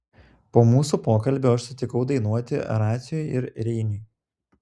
po mūsų pokalbio aš sutikau dainuoti raciui ir reniui